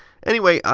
anyway,